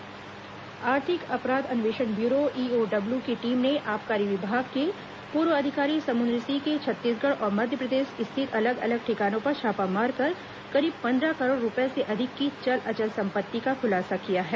EOW छापा आर्थिक अपराध अन्वेषण ब्यूरो ईओडब्ल्यू की टीम ने आबकारी विभाग के पूर्व अधिकारी समुन्द्र सिंह के छत्तीसगढ़ और मध्यप्रदेश स्थित अलग अलग ठिकानों पर छापा मारकर करीब पंद्रह करोड़ रूपये से अधिक की चल अचल संपत्ति का खुलासा किया है